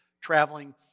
traveling